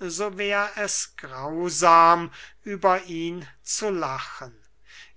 es grausam über ihn zu lachen